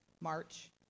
March